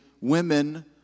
women